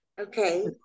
Okay